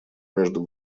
между